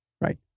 right